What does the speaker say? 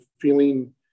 feeling